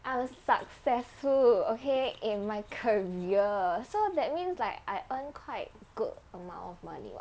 I'm successful okay in my career so that's means like I earn quite good amount of money [what]